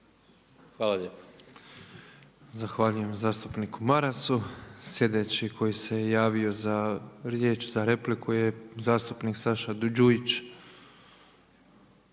(MOST)** Zahvaljujem zastupniku Marasu. Sljedeći koji se javio za riječ za repliku je zastupnik Saša Đujić.